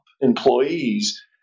employees